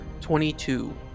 Twenty-two